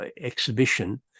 exhibition